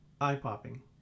Eye-popping